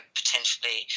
potentially